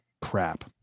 crap